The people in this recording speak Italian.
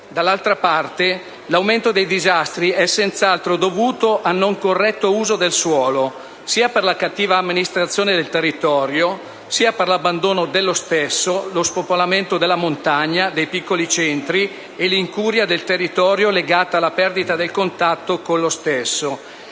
D'altra parte, l'aumento dei disastri è senz'altro dovuto al non corretto uso del suolo, sia per la cattiva amministrazione del territorio sia per il suo abbandono, lo spopolamento della montagna e dei piccoli centri e l'incuria del territorio, legata alla perdita del contatto con lo stesso.